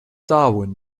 darwin